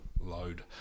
Load